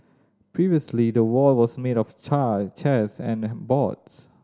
previously the wall was made of chairs and and boards